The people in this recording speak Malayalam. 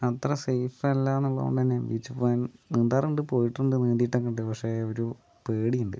അത്ര സേഫല്ലാന്നുള്ളതുകൊണ്ട് തന്നെ ബീച്ചിൽ പോകാൻ നീന്താറുണ്ട് പോയിട്ടുണ്ട് നീന്തീട്ടൊക്കെയിണ്ട് പക്ഷേ ഒരു പേടിയുണ്ട്